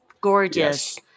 gorgeous